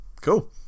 cool